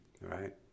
Right